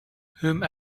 whom